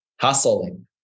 hustling